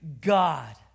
God